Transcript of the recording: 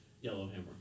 Yellowhammer